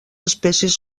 espècies